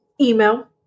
Email